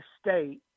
state